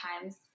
times